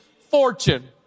fortune